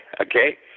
okay